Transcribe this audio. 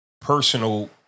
personal